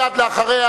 מייד לאחריה,